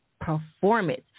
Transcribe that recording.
performance